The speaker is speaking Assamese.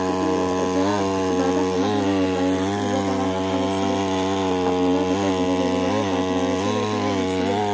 কিন্তু এতিয়া কিবা এটা সমাধানৰ উপায় দিব পৰা হ'লে ভাল আছিলে আপোনাৰ তাতে যোনে ডেলিভাৰী পাৰ্টনাৰ আছিলে যোনে দিছিলে